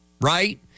right